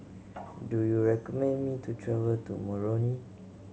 do you recommend me to travel to Moroni